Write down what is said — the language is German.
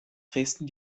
dresden